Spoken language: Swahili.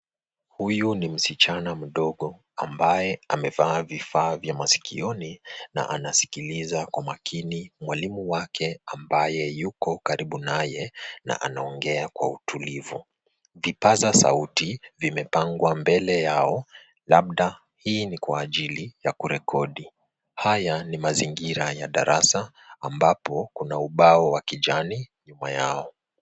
Huyu ni msichana mdogo ambaye amevaa vifaa vya masikioni na anasikiliza kwa makini mwalimu wake ambaye yuko karibu naye na anaongea kwa utulivu. Vipaza sauti vimepangwa mbele yao labda hii ni kwa ajili ya kurekodi. Haya ni mazingira ya darasa ambapo kuna ubao wa kijani nyuma yao.